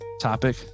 topic